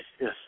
yes